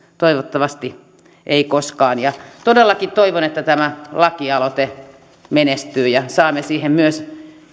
toivottavasti ei koskaan todellakin toivon että tämä lakialoite menestyy ja saamme siihen myös